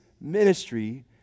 ministry